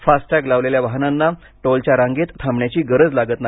FASTag लावलेल्या वाहनांना टोलच्या रांगेत थांबण्याची गरज लागत नाही